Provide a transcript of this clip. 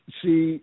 see